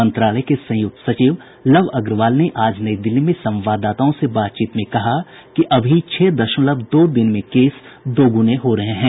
मंत्रालय के संयुक्त सचिव लव अग्रवाल ने आज नई दिल्ली में संवाददाताओं से बातचीत में कहा कि अभी छह दशमवल दो दिन में केस दोगुने हो रहे हैं